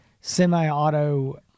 semi-auto